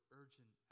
urgent